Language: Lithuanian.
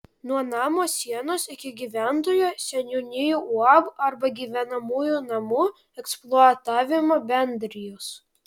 nuo namo sienos iki gyventojo seniūnijų uab arba gyvenamųjų namų eksploatavimo bendrijos